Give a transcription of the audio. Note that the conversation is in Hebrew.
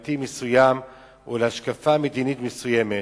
חברתי מסוים או להשקפה מדינית מסוימת,